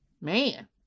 man